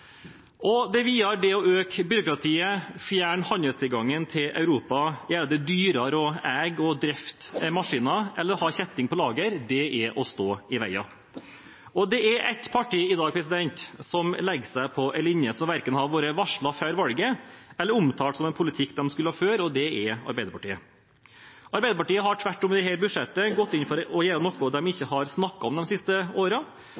Videre: å øke byråkratiet, fjerne handelstilgangen til Europa, gjøre det dyrere å eie og drifte maskiner eller å ha kjetting på lager, det er å stå i veien. Det er ett parti i dag som legger seg på en linje som verken har vært varslet før valget eller omtalt som en politikk de skulle føre, og det er Arbeiderpartiet. Arbeiderpartiet har tvert om i dette budsjettet gått inn for å gjøre noe